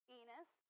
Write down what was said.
Enos